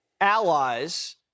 allies